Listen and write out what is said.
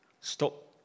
Stop